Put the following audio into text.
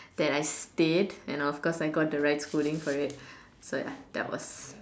that I stayed and of course I got the right scolding for it so ya that was